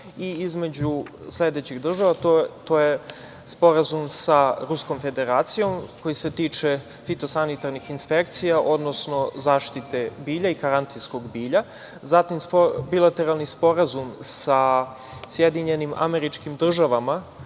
i između sledećih država, a to je Sporazum sa Ruskom Federacijom koji se tiče fitosanitarnih inspekcija, odnosno zaštite bilja i karantinskog bilja, zatim bilateralni sporazum sa SAD koji se tiče nauke